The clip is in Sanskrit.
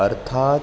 अर्थात्